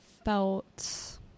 felt